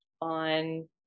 on